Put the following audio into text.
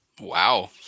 Wow